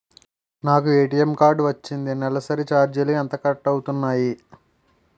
నాకు ATM card వచ్చింది నెలసరి ఛార్జీలు ఎంత కట్ అవ్తున్నాయి?